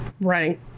right